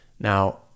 Now